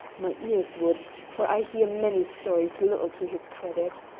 my ears would, for i hear many stories little to his credit.